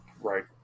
Right